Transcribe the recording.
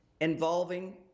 involving